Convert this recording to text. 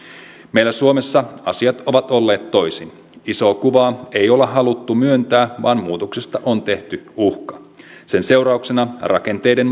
meillä suomessa asiat ovat olleet toisin isoa kuvaa ei olla haluttu myöntää vaan muutoksesta on tehty uhka sen seurauksena rakenteiden